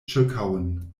ĉirkaŭen